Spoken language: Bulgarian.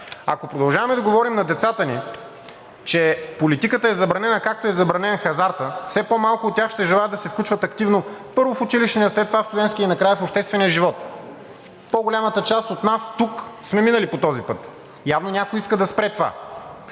Ако продължаваме да говорим на децата ни, че политиката е забранена, както е забранен хазартът, все по-малко от тях ще желаят да се включват активно първо в училищния, след това в студентския и накрая в обществения живот. По-голямата част от нас тук сме минали по този път. Явно някой иска да спре това.